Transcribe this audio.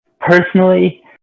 personally